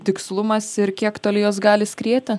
tikslumas ir kiek toli jos gali skrieti